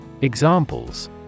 Examples